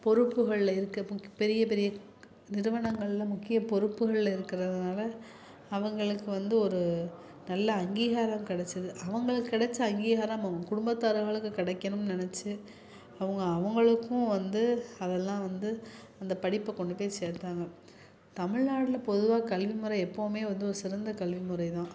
பொறுப்புகளில் இருக்கிறதுக்கு பெரிய பெரிய நிறுவனங்களில் முக்கிய பொறுப்புகளில் இருக்கிறதுனால அவங்களுக்கு வந்து ஒரு நல்ல அங்கீகாரம் கிடச்சிது அவங்களுக்கு கிடச்ச அங்கீகாரம் அவங்க குடும்பத்தாருகளுக்கு கிடைக்கணும்னு நினச்சி அவங்க அவங்களுக்கும் வந்து அதெல்லாம் வந்து அந்த படிப்பை கொண்டு போய் சேர்த்தாங்க தமிழ்நாட்டில் பொதுவாக கல்விமுறை எப்போவும் வந்து ஒரு சிறந்த கல்விமுறை தான்